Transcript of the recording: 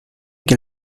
que